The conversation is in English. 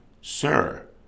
Sir